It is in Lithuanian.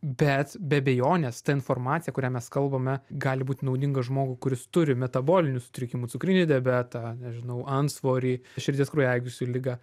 bet be abejonės ta informacija kurią mes kalbame gali būt naudinga žmogų kuris turi metabolinių sutrikimų cukrinį diabetą nežinau antsvorį širdies kraujagyslių liga